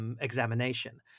examination